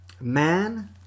man